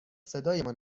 صدایمان